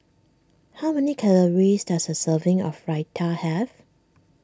how many calories does a serving of Raita have